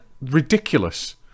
ridiculous